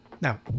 Now